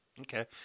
Okay